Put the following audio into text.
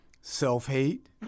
self-hate